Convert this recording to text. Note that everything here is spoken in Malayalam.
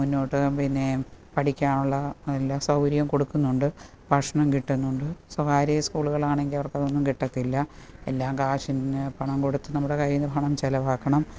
മുന്നോട്ട് പിന്നെ പഠിക്കാൻ ഉള്ള എല്ലാ സൗകര്യവും കൊടുക്കുന്നുണ്ട് ഭക്ഷണം കിട്ടുന്നുണ്ട് സ്വകാര്യ സ്കൂളുകളാണെങ്കിൽ അവർക്കതൊന്നും കിട്ടത്തില്ല എല്ലാം കാശിനുപണം കൊടുത്ത് നമ്മുടെ കയ്യിൽ നിന്ന് പണം ചിലവാക്കണം